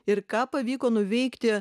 ir ką pavyko nuveikti